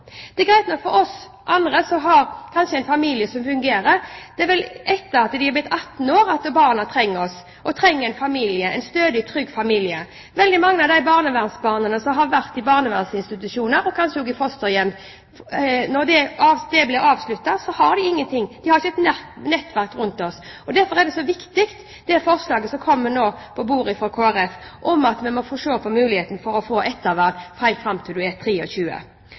Det er greit nok for oss andre som har en familie som fungerer, men det er vel etter at disse barna har fylt 18 år at de trenger en stødig og trygg familie? Veldig mange av de barnevernsbarna som har vært i barnevernsinstitusjoner og kanskje også i fosterhjem, har ingenting når de avslutter oppholdet. De har ikke et nettverk rundt seg. Derfor er det forslaget som nå ligger på bordet, fra Fremskrittspartiet, Høyre og Kristelig Folkeparti, så viktig – et forslag om å se på muligheten til å få ettervern helt fram til man er